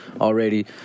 already